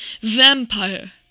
vampire